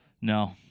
No